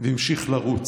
והמשיך לרוץ.